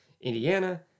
Indiana